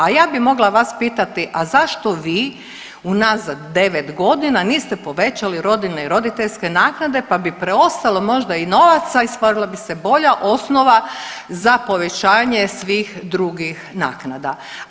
A ja bi mogla vas pitati, a zašto vi unazad 9 godina niste povećali roditeljne i roditeljske naknade pa bi preostalo možda i novaca i stvorila bi se bolja osnova za povećanje svih drugih naknada.